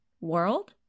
world